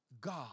God